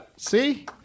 See